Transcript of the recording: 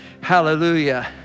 Hallelujah